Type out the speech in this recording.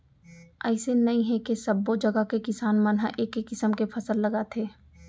अइसे नइ हे के सब्बो जघा के किसान मन ह एके किसम के फसल लगाथे